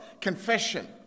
Confession